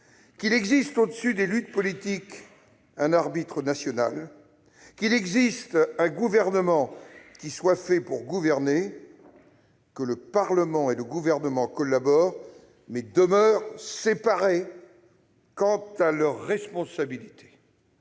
qu'il existe, au-dessus des luttes politiques, un arbitre national, qu'il existe un gouvernement qui soit fait pour gouverner, que le Parlement et le Gouvernement collaborent mais demeurent séparés quant à leurs responsabilités.